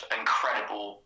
incredible